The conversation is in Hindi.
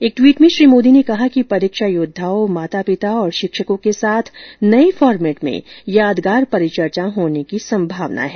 एक ट्वीट में श्री मोदी ने कहा कि परीक्षा योद्वाओं माता पिता और शिक्षकों को साथ नये फॉरमेट में यादगार परिचर्चा होने की संभावना है